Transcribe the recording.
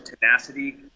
tenacity